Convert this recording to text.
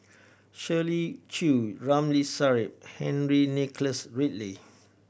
Shirley Chew Ramli Sarip Henry Nicholas Ridley